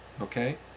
Okay